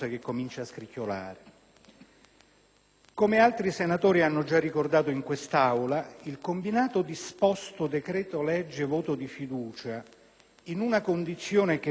Come altri senatori hanno già ricordato in quest'Aula, il combinato disposto decreto-legge voto di fiducia, in una condizione che vede questa maggioranza